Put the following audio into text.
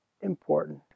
important